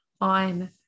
on